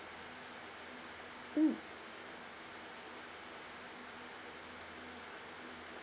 mm